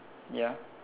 ya